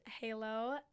halo